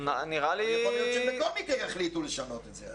יכול להיות שבכל מקרה יחליטו לשנות את זה.